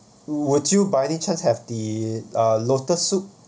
would you by any chance have the uh lotus soup